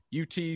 UT